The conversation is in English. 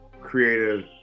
creative